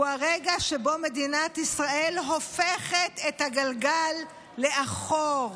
הוא הרגע שבו מדינת ישראל הופכת את הגלגל לאחור.